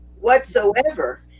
whatsoever